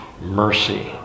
mercy